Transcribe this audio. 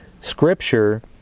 scripture